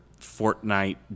Fortnite